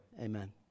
Amen